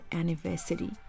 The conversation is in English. anniversary